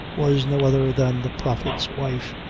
was no other than the prophet's wife,